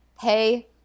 Hey